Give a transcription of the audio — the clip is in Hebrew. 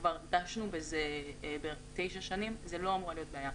כבר דשנו בזה תשע שנים זאת לא אמורה להיות בעיה.